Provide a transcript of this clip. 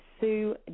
Sue